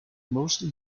mostly